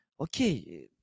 Okay